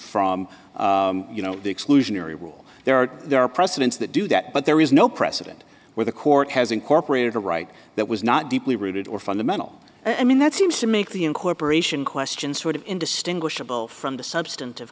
from you know the exclusionary rule there are there are precedents that do that but there is no precedent where the court has incorporated a right that was not deeply rooted or fundamental i mean that seems to make the incorporation question sort of indistinguishable from the substantive